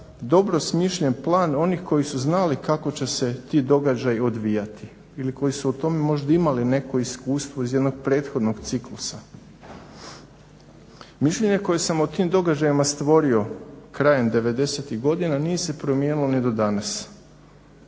dobro smišljen plan onih koji su znali kako će se ti događaji odvijati ili koji su o tome možda imali neko iskustvo iz jednog prethodnog ciklusa? Mišljenje koje sam o tim događajima stvorio krajem devedesetih godina nije se promijenilo ni do danas,